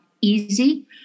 easy